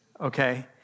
okay